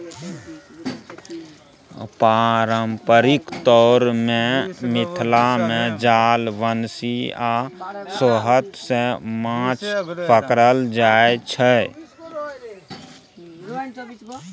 पारंपरिक तौर मे मिथिला मे जाल, बंशी आ सोहथ सँ माछ पकरल जाइ छै